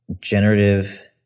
generative